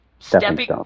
Stepping